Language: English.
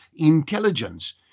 intelligence